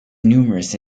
numerous